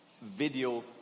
video